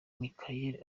micheal